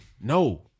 No